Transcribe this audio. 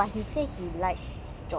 he watched the whole drama